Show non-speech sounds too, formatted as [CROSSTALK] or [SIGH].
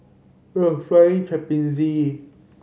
[UNINTELLIGIBLE] Flying Trapeze